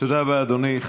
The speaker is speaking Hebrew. תודה רבה, אדוני.